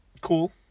Cool